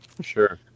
Sure